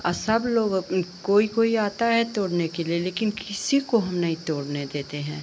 और सब लोगों कोई कोई आता है तोड़ने के लिए लेकिन किसी को हम नहीं तोड़ने देते हैं